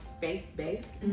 faith-based